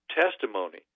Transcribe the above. testimony